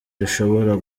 rishobora